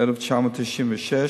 התשנ"ו 1996,